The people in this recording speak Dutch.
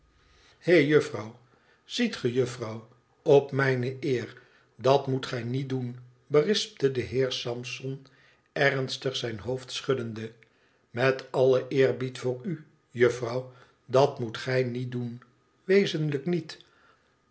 juffrouw ziet ge juffrouw op mijne eer dat moet gij niet doen berispte de heer sampson ernstig zijn hoofd schuddende met allen eerbied voor u juffrouw dat moet gij niet doen wezenlijk niet